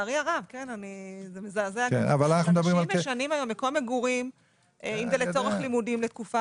לצערי הרב אנשים משנים מקום מגורים אם זה לצורך לימודים לתקופה